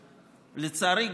לצערי,